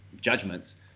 judgments